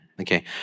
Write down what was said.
Okay